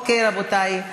אוקיי, רבותי.